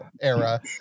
era